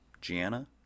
Gianna